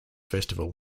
festival